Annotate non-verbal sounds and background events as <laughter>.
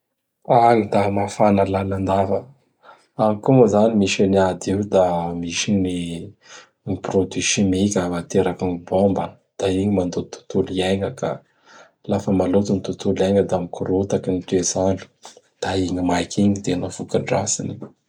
Agny da mafana lalandava. Agn koa mo zany misy an'ny ady io da misy gn ny ny produit simika ateraky gn bômba. Da igny mandoto tontolo iaigna ka lafa maloto gn totolo iaigna da mikorotaky gn toets'andro. <noise> Da ign maiky igny gn tena voka-dratsiny. <noise>